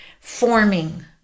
forming